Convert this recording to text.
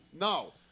No